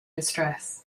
distress